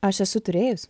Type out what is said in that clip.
aš esu turėjus